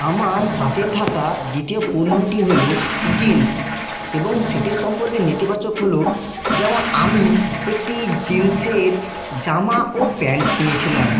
আমার সাথে থাকা দ্বিতীয় পণ্যটি হল জিন্স এবং সেটির সম্পর্কে নেতিবাচক হল যেমন আমি একটি জিন্সের জামা ও প্যান্ট কিনেছিলাম